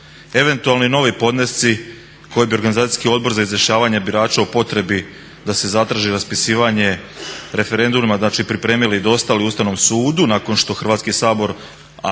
Eventualni novi podnesci koje bi organizacijski odbor za izjašnjavanje birača u potrebi da se zatraži raspisivanje referenduma, znači pripremili i dostavili Ustavnom sudu nakon što Hrvatski sabor